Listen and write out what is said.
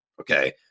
Okay